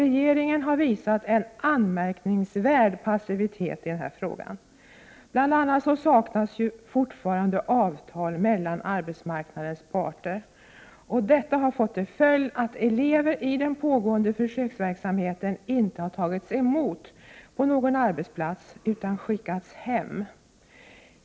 Regeringen har visat en anmärkningsvärd passivitet i den här frågan. Det saknas bl.a. fortfarande avtal mellan arbetsmarknadens parter. Detta har fått till följd att elever i de pågående försöksverksamheterna inte har tagits emot på någon arbetsplats utan skickats hem.